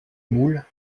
moules